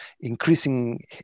increasing